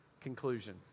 Conclusion